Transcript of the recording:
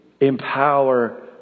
empower